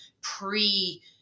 pre-